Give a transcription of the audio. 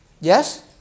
Yes